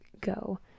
go